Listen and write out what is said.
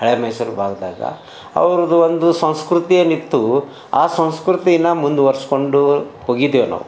ಹಳೆ ಮೈಸೂರು ಭಾಗದಾಗ ಅವ್ರುದು ಒಂದು ಸಂಸ್ಕೃತಿ ಏನಿತ್ತು ಆ ಸಂಸ್ಕೃತಿನ ಮುಂದುವರಿಸ್ಕೊಂಡು ಹೊಗಿದ್ದೇವೆ ನಾವು